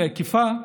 באכיפה.